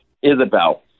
Isabel